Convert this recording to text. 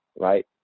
right